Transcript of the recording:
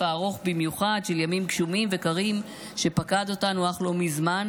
הארוך במיוחד של ימים גשומים וקרים שפקד אותנו אך לא מזמן,